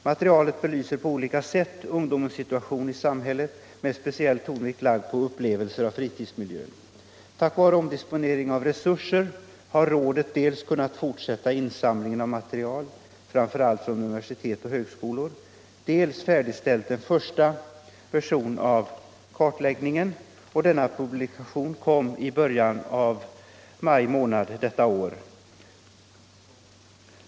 Materialet belyser på olika sätt ungdomens situation i samhället med speciell tonvikt lagd på upplevelser av fritidsmiljön. Tack vare omdisponering av resurser har rådet dels kunnat fortsätta insamlingen av material framför allt från universitet och högskolor. dels färdigställt en första version av kartläggningen. Denna publikation kom i början av maj i år.